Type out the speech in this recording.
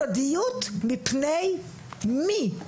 סודיות בפני מי?